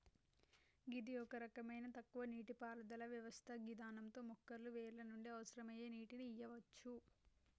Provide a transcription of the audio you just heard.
గిది ఒక రకమైన తక్కువ నీటిపారుదల వ్యవస్థ గిదాంతో మొక్కకు వేర్ల నుండి అవసరమయ్యే నీటిని ఇయ్యవచ్చు